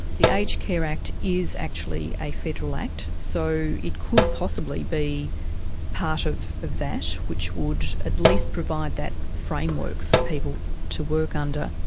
the aged care act is actually a federal act, so it could possibly be part of of that, which would at least provide that framework for people to work under.